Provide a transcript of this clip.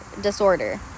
disorder